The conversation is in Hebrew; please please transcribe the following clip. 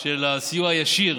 של הסיוע הישיר